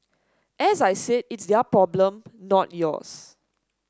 as I said it's their problem not yours